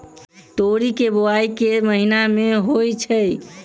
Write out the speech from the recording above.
तोरी केँ बोवाई केँ महीना मे होइ छैय?